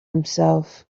himself